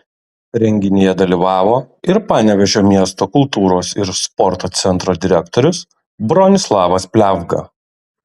renginyje dalyvavo ir panevėžio miesto kultūros ir sporto centro direktorius bronislovas pliavga